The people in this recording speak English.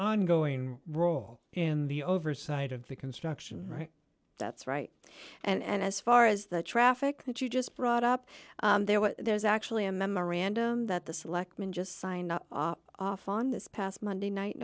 ongoing role in the oversight of the construction right that's right and as far as the traffic that you just brought up there well there's actually a memorandum that the selectmen just signed off on this past monday night